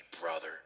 brother